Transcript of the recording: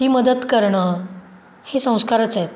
ती मदत करणं हे संस्कारच आहेत